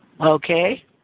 Okay